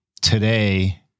today